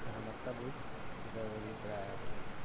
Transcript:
میرا مطلب وہ اچ ڈرائیوری کرایہ بولے سو